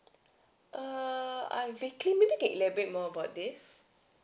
err I vaguely needed elaborate more about this